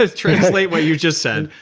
ah translate what you just said.